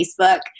Facebook